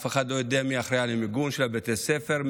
אף אחד לא יודע מי אחראי למיגון של בתי הספר,